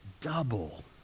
double